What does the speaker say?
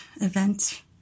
event